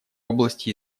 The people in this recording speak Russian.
области